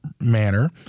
manner